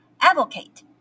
Advocate